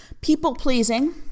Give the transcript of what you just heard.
people-pleasing